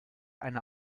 eine